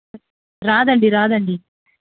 రాదండి రాదండి